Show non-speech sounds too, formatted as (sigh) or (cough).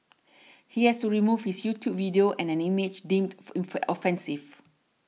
he has to remove his YouTube video and an image deemed (unintelligible) offensive